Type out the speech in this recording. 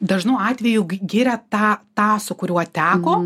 dažnu atveju giria tą tą su kuriuo teko